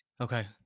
Okay